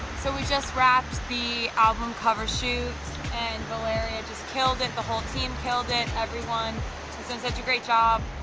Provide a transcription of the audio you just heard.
so we just wrapped the album cover shoot and valeria just killed it. the whole team killed it. everyone did such a great job.